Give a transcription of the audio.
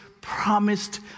promised